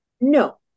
No